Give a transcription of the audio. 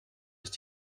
ist